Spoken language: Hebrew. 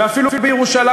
ואפילו בירושלים,